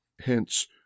hence